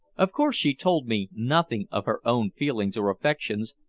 of course she told me nothing of her own feelings or affections,